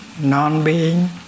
non-being